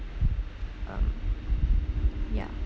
um ya